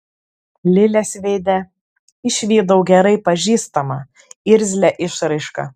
lilės veide išvydau gerai pažįstamą irzlią išraišką